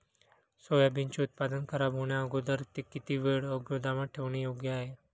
सोयाबीनचे उत्पादन खराब होण्याअगोदर ते किती वेळ गोदामात ठेवणे योग्य आहे?